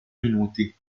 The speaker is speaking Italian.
minuti